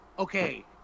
okay